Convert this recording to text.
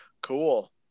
cool